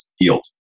yield